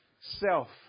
self